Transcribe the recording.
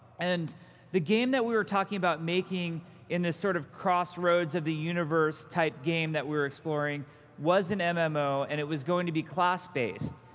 and the game that we were talking about making in this sort of crossroads of the universe-type game that we were exploring was an and mmo and it was going to be class-based.